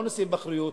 לא נושאים באחריות,